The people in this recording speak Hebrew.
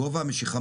כפל העמלות,